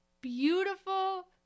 beautiful